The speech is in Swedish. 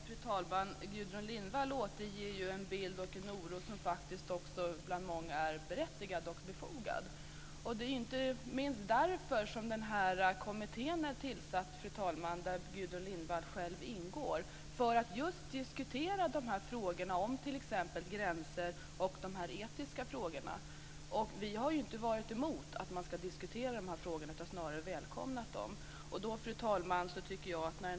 Fru talman! Gudrun Lindvall återger en bild och en oro som faktiskt bland många är berättigad och befogad. Det är inte minst därför som den kommitté där Gudrun Lindvall själv ingår är tillsatt. Man ska diskutera just de här frågorna om t.ex. gränser och de etiska frågorna. Vi har inte varit emot att man ska diskutera de här frågorna utan snarare välkomnat dem. Fru talman!